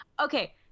Okay